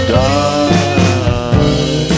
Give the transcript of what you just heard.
die